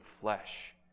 flesh